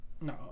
No